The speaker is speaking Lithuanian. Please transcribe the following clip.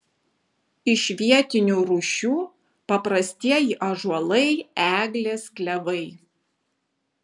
iš vietinių rūšių paprastieji ąžuolai eglės klevai